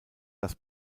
dass